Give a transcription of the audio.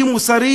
נאצי,